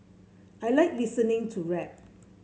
I like listening to rap